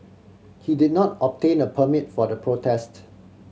he did not obtain a permit for the protests